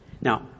Now